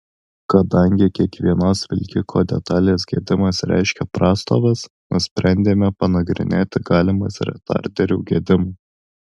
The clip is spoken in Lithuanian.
kadangi kiekvienos vilkiko detalės gedimas reiškia prastovas nusprendėme panagrinėti galimas retarderių gedimo